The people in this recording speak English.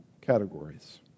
categories